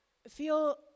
feel